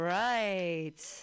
right